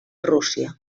rússia